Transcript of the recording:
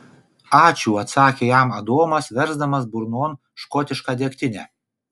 ačiū atsakė jam adomas versdamas burnon škotišką degtinę